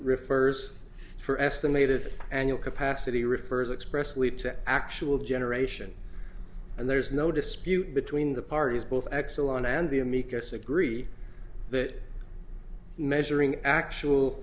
refers for estimated annual capacity refers expressly to actual generation and there's no dispute between the parties both exelon and the amicus agree that measuring actual